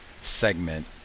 segment